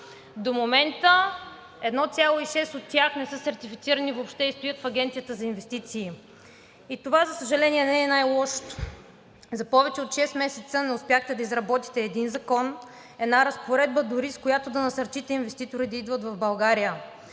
До момента 1,6 от тях не са сертифицирани въобще и стоят в Агенцията за инвестиции. И това, за съжаление, не е най-лошото. За повече от шест месеца не успяхте да изработите един закон, една разпоредба дори, с която да насърчите инвеститори да идват в България.